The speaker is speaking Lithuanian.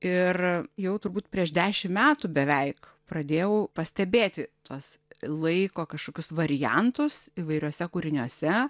ir jau turbūt prieš dešimt metų beveik pradėjau pastebėti tuos laiko kažkokius variantus įvairiuose kūriniuose